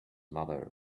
mother